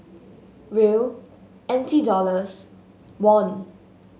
Riel N T Dollars Won